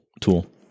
tool